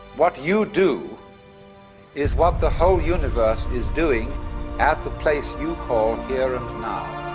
what you do is what the whole universe is doing at the place you call here and now.